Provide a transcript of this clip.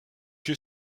lieu